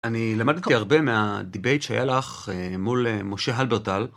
אני למדתי הרבה מהדיבייט שהיה לך מול משה הלברטל.